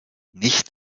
nicht